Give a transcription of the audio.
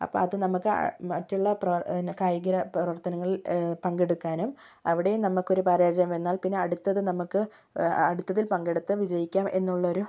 അപ്പം അത് നമുക്ക് മറ്റുള്ള പ്രവർ കായിക പ്രവർത്തനങ്ങളിൽ പങ്കെടുക്കാനും അവിടെയും നമുക്കൊരു പരാജയം വന്നാൽ പിന്നെ അടുത്തതിൽ നമുക്ക് അടുത്തതിൽ പങ്കെടുത്ത് വിജയിക്കാം എന്നുള്ളൊരു